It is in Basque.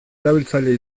erabiltzaile